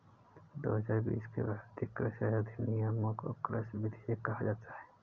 दो हजार बीस के भारतीय कृषि अधिनियमों को कृषि विधेयक कहा जाता है